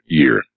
year